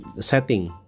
setting